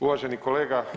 Uvaženi kolega.